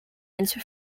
into